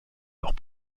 leurs